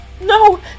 No